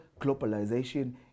globalization